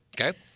Okay